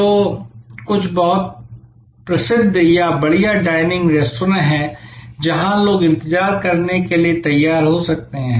तो कुछ बहुत प्रसिद्ध या बढ़िया डाइनिंग रेस्तरां हैं जहाँ लोग इंतजार करने के लिए तैयार हो सकते हैं